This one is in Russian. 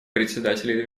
председателей